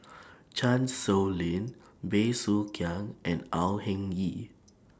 Chan Sow Lin Bey Soo Khiang and Au Hing Yee